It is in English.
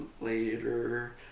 later